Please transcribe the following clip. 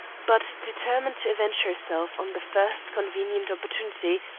but determined to avenge herself, on the first convenient opportunity,